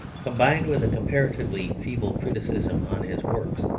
combined with a comparatively feeble criticism on his works,